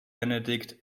benedict